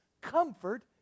comfort